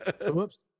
Whoops